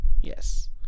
yes